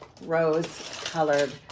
rose-colored